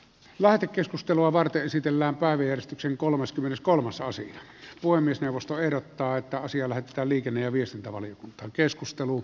lähetekeskustelua varten esitellään päivystyksen kolmaskymmeneskolmas aasi voi myös puhemiesneuvosto ehdottaa että asia lähetetään liikenne ja viestintävaliokuntaan